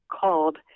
called